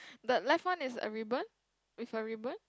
but left one is a ribbon with a ribbon